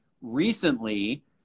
recently